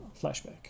flashback